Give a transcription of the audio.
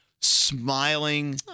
smiling